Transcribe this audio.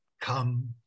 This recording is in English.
come